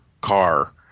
car